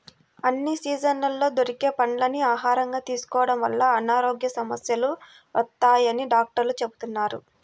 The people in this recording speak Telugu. అన్ని సీజన్లలో దొరికే పండ్లని ఆహారంగా తీసుకోడం వల్ల అనారోగ్య సమస్యలు తలెత్తవని డాక్టర్లు చెబుతున్నారు